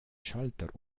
schalter